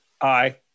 aye